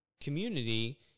community